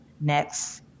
next